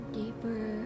deeper